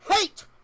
hate